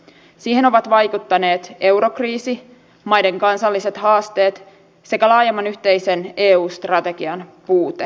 siihen ovat vaikuttaneet eurokriisi maiden kansalliset haasteet sekä laajemman yhteisen eu strategian puute